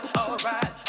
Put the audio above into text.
alright